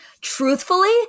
Truthfully